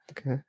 Okay